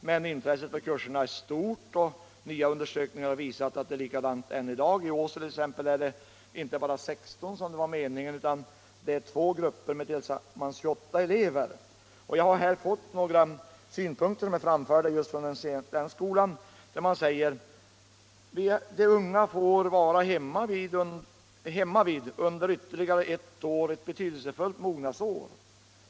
Men intresset för kur Nr 88 serna har varit och är stort. Nya undersökningar har visat att det finns Tisdagen den gott om elever. T. ex. i Åsele finns inte bara 16 elever, som meningen 23 mars 1976 var, utan det finns två grupper med tillsammans 28 elever. RT SS sv are Till mig har några synpunkter framförts just från den skolan. Man Om bibehållande säger: De unga får vara hemmavid under ytterligare ett år, ett bety — av ettårig hemtekdelsefullt mognadsår.